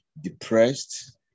depressed